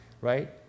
right